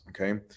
okay